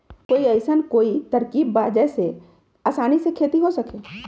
कोई अइसन कोई तरकीब बा जेसे आसानी से खेती हो सके?